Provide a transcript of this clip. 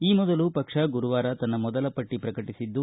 ಈ ಮೊದಲು ಪಕ್ಷ ಗುರುವಾರ ತನ್ನ ಮೊದಲ ಪಟ್ಟಿ ಪ್ರಕಟಿಸಿದ್ದು